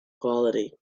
quality